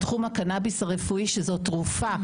בתחום הקנאביס הרפואי שזאת תרופה,